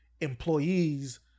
employees